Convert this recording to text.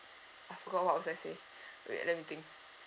I forgot what was I saying wait let me think